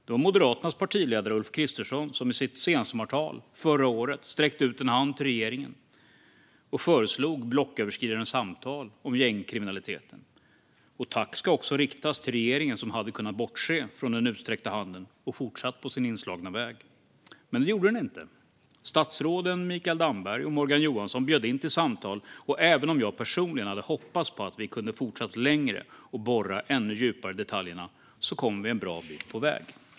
Det var när Moderaternas partiledare Ulf Kristersson i sitt sensommartal förra året sträckte ut en hand till regeringen och föreslog blocköverskridande samtal om gängkriminaliteten. Tack ska också riktas till regeringen, som hade kunnat bortse från den utsträckta handen och fortsätta på sin inslagna väg. Men det gjorde den inte. Statsråden Mikael Damberg och Morgan Johansson bjöd in till samtal, och även om jag personligen hade hoppats på att vi kunde ha fortsatt längre och borrat ännu djupare i detaljerna kom vi en bra bit på väg.